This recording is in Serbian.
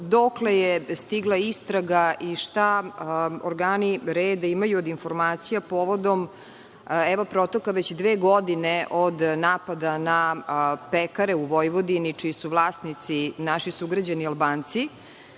dokle je stigla istraga i šta organi reda imaju od informacija povodom evo protoka već dve godine od napada na pekare u Vojvodini čiji su vlasnici naši sugrađani Albanci.S